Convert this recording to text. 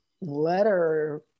letter